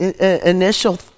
initial